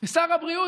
שר הבריאות,